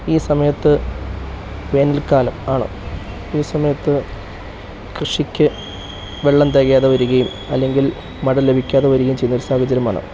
ഈ സമയത്ത് വേനൽക്കാലം ആണ് ഈ സമയത്ത് കൃഷിക്ക് വെള്ളം തികയാതെ വരികയും അല്ലെങ്കിൽ മഴ ലഭിക്കാതെ വരികയും ചെയ്യുന്നൊരു സാഹചര്യമാണ്